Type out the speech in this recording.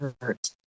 hurt